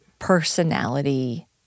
Personality